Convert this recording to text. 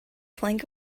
plank